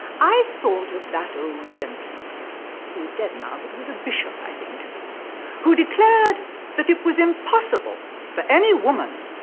i thought of that old gentleman who is dead now but was a bishop, i think who declared that it was impossible for any woman,